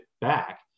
back